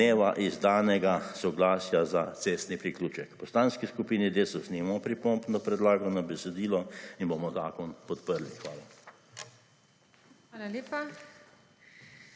domneva iz danega soglasja za cestni priključek. V Poslanski skupini Desus nimamo pripomb na predlagano besedilo in bomo zakon podprli. Hvala.